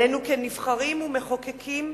עלינו, כנבחרים ומחוקקים,